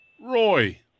Roy